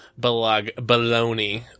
baloney